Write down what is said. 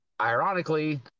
ironically